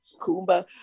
Kumba